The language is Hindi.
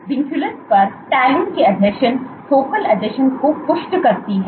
और विनक्यूलिन पर तालिन के आसंजन फोकल आसंजन को पुष्ट करती है